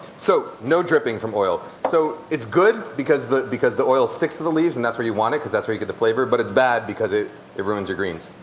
so no dripping from oil. so it's good because the because the oil sticks to the leaves and that's where you want it, because that's where you get the flavor, but it's bad because it it ruins your greens.